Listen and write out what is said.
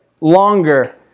longer